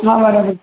હા બરાબર